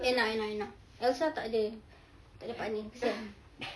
anna anna anna elsa takde takde partner kesian